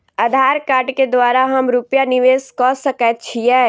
आधार कार्ड केँ द्वारा हम रूपया निवेश कऽ सकैत छीयै?